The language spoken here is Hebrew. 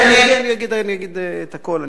כן, אני אגיע, אני אגיד את הכול.